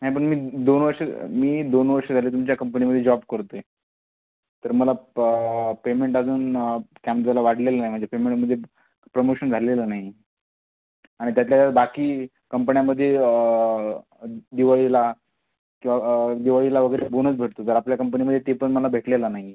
नाही पण मी दोन वर्षं मी दोन वर्षं झाले तुमच्या कंपनीमध्ये जॉब करतोय तर मला प पेमेंट अजून काय म्हणते त्याला वाढलेलं नाही म्हणजे पेमेंट म्हणजे प्रमोशन झालेलं नाही आणि त्यातल्या त्यात बाकी कंपण्यांमध्ये दिवाळीला किंवा दिवाळीला वगैरे बोनस भेटतो जर आपल्या कंपनीमध्ये ते पण मला भेटलेला नाही